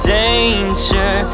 danger